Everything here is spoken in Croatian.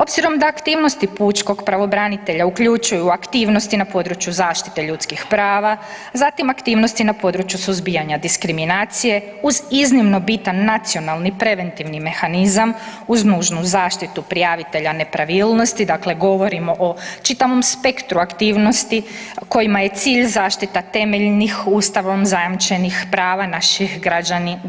Obzirom da aktivnosti pučkog pravobranitelja uključuju aktivnosti na području zaštite ljudskih prava, zatim aktivnosti na području suzbijanja diskriminacije uz iznimno bitan nacionalni preventivni mehanizam, uz nužnu zaštitu prijavitelja nepravilnosti, dakle govorimo o čitavom spektru aktivnosti kojima je cilj zaštita temeljnih ustavnom zajamčenih prava naših